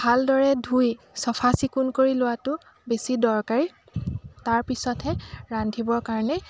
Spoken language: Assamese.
ভালদৰে ধুই চফা চিকুণ কৰি লোৱাটো বেছি দৰকাৰী তাৰপিছতহে ৰান্ধিবৰ কাৰণে